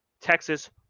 Texas